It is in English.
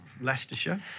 Leicestershire